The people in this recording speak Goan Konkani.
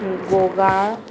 गोगाळ